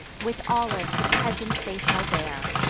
with olive the presents they shall bear,